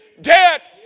debt